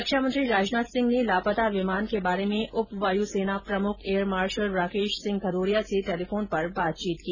रक्षामंत्री राजनाथ सिंह ने लापता विमान के बारे में उप वायुसेना प्रमुख एयर मार्शल राकेश सिंह भदौरिया से टेलीफोन पर बातचीत की